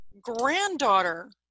granddaughter